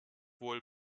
wohl